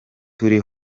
turi